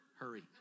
Hurry